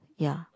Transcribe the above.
ya